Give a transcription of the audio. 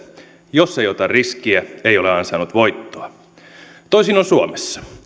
jos ei ota riskiä ei ole ansainnut voittoa toisin on suomessa